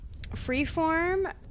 Freeform